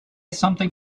something